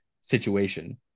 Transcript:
situation